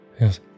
Yes